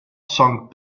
song